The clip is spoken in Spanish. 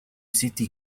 city